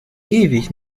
ewig